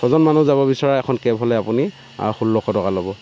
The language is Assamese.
ছজন মানুহ যাব বিচৰা এখন কেব হ'লে আপুনি ষোল্লশ টকা ল'ব